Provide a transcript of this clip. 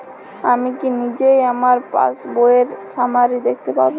আমি কি নিজেই আমার পাসবইয়ের সামারি দেখতে পারব?